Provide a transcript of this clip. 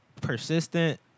persistent